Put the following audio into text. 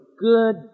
good